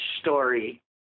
story